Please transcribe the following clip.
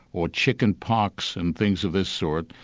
or chickenpox and things of this sort.